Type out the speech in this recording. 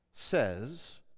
says